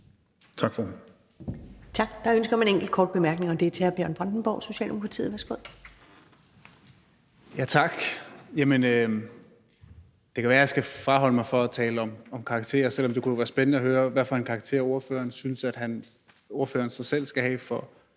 Tak for ordet.